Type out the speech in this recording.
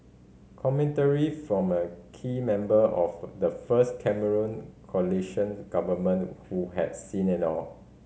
commentary from a key member of the first Cameron coalition government who had seen it all